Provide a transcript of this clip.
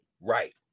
Right